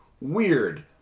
weird